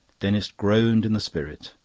denis groaned in the spirit,